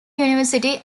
university